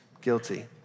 guilty